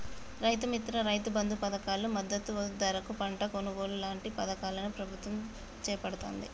రైతు మిత్ర, రైతు బంధు పధకాలు, మద్దతు ధరకు పంట కొనుగోలు లాంటి పధకాలను ప్రభుత్వం చేపడుతాంది